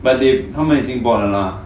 but they 他们已经 board 了 lah